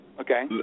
Okay